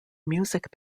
music